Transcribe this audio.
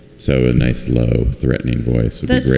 so a nice, low threatening voice for that, right?